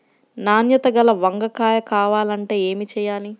నాణ్యత గల వంగ కాయ కావాలంటే ఏమి చెయ్యాలి?